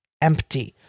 empty